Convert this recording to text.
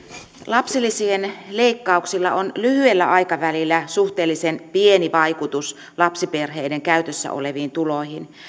lapsilisien leikkauksilla on lyhyellä aikavälillä suhteellisen pieni vaikutus lapsiperheiden käytössä oleviin tuloihin